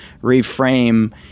reframe